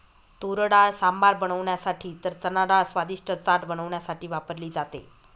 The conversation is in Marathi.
तुरडाळ सांबर बनवण्यासाठी तर चनाडाळ स्वादिष्ट चाट बनवण्यासाठी वापरली जाते